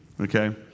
okay